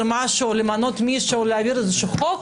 משהו או למנות מישהו או להעביר חוק